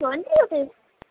twenty rupees